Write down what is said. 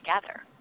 together